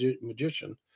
magician